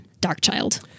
Darkchild